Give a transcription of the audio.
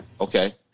Okay